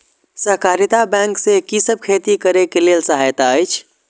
सहकारिता बैंक से कि सब खेती करे के लेल सहायता अछि?